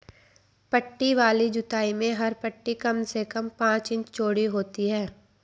पट्टी वाली जुताई में हर पट्टी कम से कम पांच इंच चौड़ी होती है